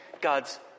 God's